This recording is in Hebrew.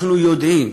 אנחנו יודעים,